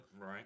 Right